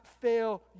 fail